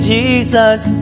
Jesus